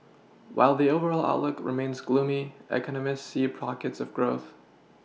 while the overall outlook remains gloomy economists see pockets of growth